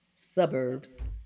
suburbs